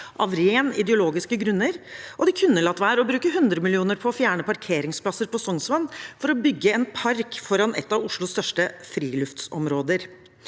av rent ideologiske grunner, og de kunne latt være å bruke 100 mill. kr på å fjerne parkeringsplasser ved Sognsvann for å bygge en park foran et av Oslos største friluftsområder.